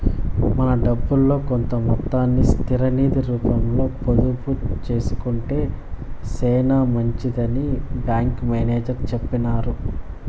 మన డబ్బుల్లో కొంత మొత్తాన్ని స్థిర నిది రూపంలో పొదుపు సేసుకొంటే సేనా మంచిదని బ్యాంకి మేనేజర్ సెప్పినారు